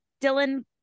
Dylan